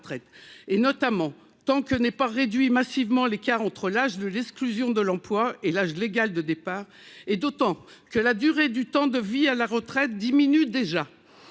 et notamment tant que n'est pas réduit massivement l'écart entre l'âge de l'exclusion de l'emploi et l'âge légal de départ et d'autant que la durée du temps de vie à la retraite diminue déjà